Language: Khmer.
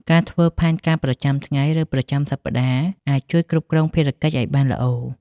ការធ្វើផែនការប្រចាំថ្ងៃ ឬប្រចាំសប្តាហ៍អាចជួយគ្រប់គ្រងភារកិច្ចឱ្យបានល្អ។